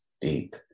deep